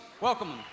Welcome